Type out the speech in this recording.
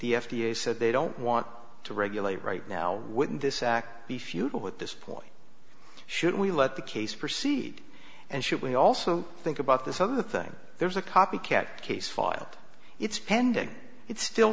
the f d a said they don't want to regulate right now wouldn't this act be futile with this point should we let the case proceed and should we also think about this other thing there's a copycat case filed it's pending it's still